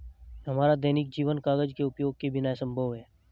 हमारा दैनिक जीवन कागज के उपयोग के बिना असंभव है